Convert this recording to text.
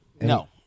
No